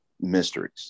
mysteries